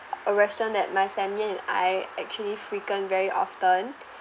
a restaurant that my family and I actually frequent very often